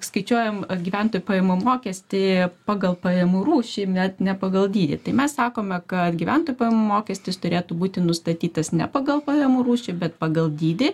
skaičiuojam gyventojų pajamų mokestį pagal pajamų rūšį net ne pagal dydį tai mes sakome kad gyventojų pajamų mokestis turėtų būti nustatytas ne pagal pajamų rūšį bet pagal dydį